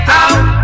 out